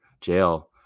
jail